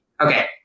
Okay